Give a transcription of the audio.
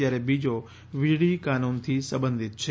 જ્યારે બીજા વીજળી કાનૂનથી સંબધિત છે